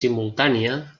simultània